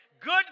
Good